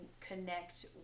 connect